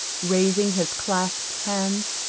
raising his clasped hands,